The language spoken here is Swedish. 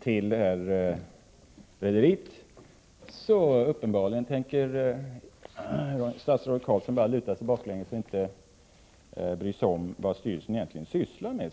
till detta rederi tänker statsrådet Carlsson tyvärr uppenbarligen bara luta sig bakåt och inte bry sig om vad styrelsen egentligen sysslar med.